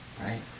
Right